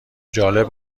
جالب